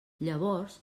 llavors